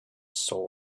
soul